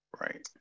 Right